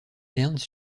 ernst